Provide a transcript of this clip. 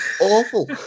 awful